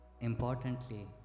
Importantly